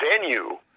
venue